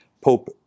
Pope